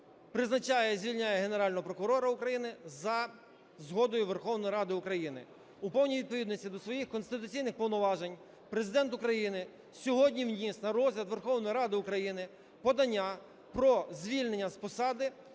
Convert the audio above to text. призначає і звільняє Генерального прокурора України за згодою Верховної Ради України. У повній відповідності до своїх конституційних повноважень Президент України сьогодні вніс на розгляд Верховної Ради України подання про звільнення з посади